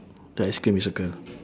the ice cream you circle